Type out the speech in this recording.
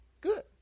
good